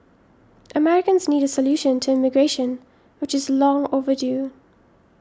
Americans need a solution to immigration which is long overdue